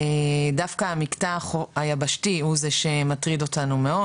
ודווקא המקטע היבשתי הוא זה שמטריד אותנו מאוד,